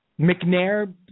McNair